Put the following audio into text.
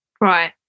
right